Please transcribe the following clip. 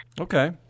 Okay